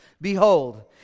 Behold